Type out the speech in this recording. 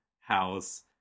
house